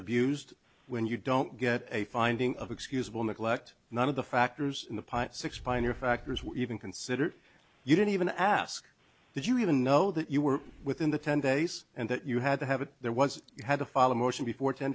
of used when you don't get a finding of excusable neglect none of the factors in the pint six piner factors were even considered you didn't even ask did you even know that you were within the ten days and that you had to have it there once you had to file a motion before ten